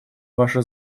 ваше